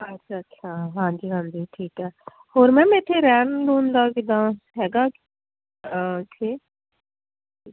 ਅੱਛਾ ਅੱਛਾ ਹਾਂਜੀ ਹਾਂਜੀ ਠੀਕ ਆ ਹੋਰ ਮੈਮ ਇੱਥੇ ਰਹਿਣ ਰੁਹਣ ਦਾ ਕਿੱਦਾਂ ਹੈਗਾ ਇੱਥੇ